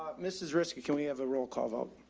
mrs rescue, can we have a roll call vote,